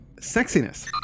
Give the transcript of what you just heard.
Sexiness